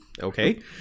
okay